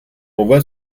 envoie